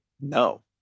no